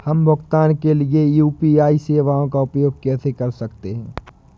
हम भुगतान के लिए यू.पी.आई सेवाओं का उपयोग कैसे कर सकते हैं?